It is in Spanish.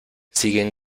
siguen